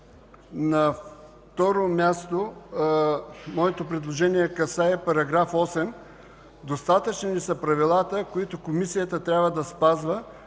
На второ място, моето предложение касае § 8. Достатъчни ли са правилата, които Комисията трябва да спазва,